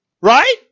Right